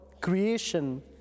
creation